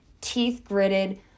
teeth-gritted